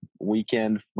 weekend